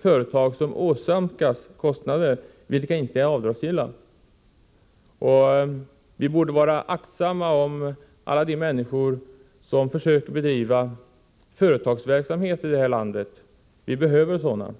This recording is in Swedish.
företag som åsamkas kostnader vilka inte är avdragsgilla drabbas ekonomiskt mycket hårt. Vi borde vara aktsamma om alla de människor som försöker driva företag i det här landet. Vi behöver sådana.